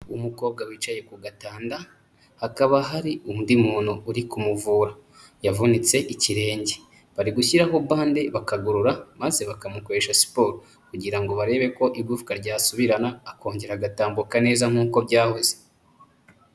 Umukobwa wicaye ku gatanda, hakaba hari undi muntu uri kumuvura. Yavunitse ikirenge. Bari gushyiraho bande bakagorora, maze bakamukoresha siporo, kugira ngo barebe ko igufwa ryasubirana akongera agatambuka neza nk'uko byahoze.